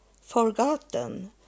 forgotten